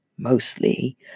mostly